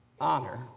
honor